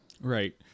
Right